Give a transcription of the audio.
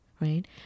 right